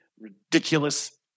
ridiculous